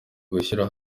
gushyira